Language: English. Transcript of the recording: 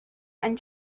and